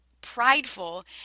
prideful